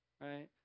right